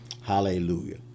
Hallelujah